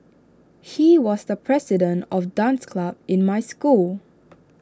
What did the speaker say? he was the president of dance club in my school